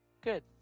good